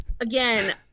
again